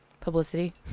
publicity